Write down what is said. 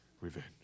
revenge